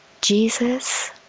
Jesus